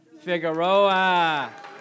Figueroa